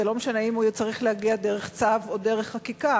זה לא משנה אם הוא יצטרך להגיע דרך צו או דרך חקיקה,